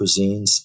cuisines